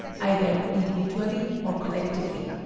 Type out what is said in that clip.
either individually or collectively.